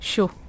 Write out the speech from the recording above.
Sure